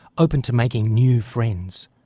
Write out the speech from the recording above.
open to making new friends.